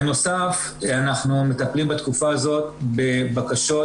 בנוסף אנחנו מטפלים בתקופה הזאת בבקשות